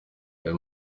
aya